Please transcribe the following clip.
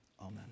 amen